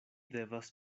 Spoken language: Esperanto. devas